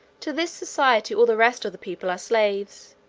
to this society all the rest of the people are slaves.